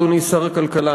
אדוני שר הכלכלה,